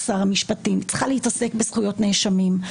שר המשפטים צריכה להתעסק בזכויות נאשמים,